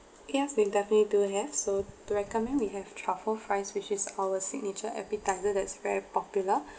yes we definitely do have so to recommend we have truffle fries which is our signature appetiser that's very popular